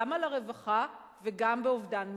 גם על רווחה וגם באובדן מסים.